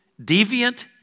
deviant